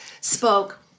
spoke